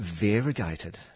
variegated